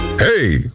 Hey